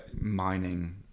mining